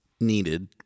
needed